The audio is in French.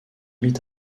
mit